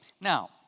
Now